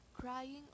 Crying